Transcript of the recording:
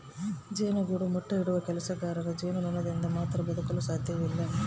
ಜೇನುಗೂಡು ಮೊಟ್ಟೆ ಇಡುವ ಕೆಲಸಗಾರ ಜೇನುನೊಣದಿಂದ ಮಾತ್ರ ಬದುಕಲು ಸಾಧ್ಯವಿಲ್ಲ